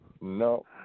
No